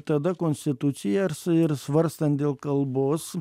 tada konstituciją ir ir svarstant dėl kalbos